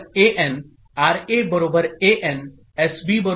SA An' RA An SB An